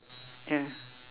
ya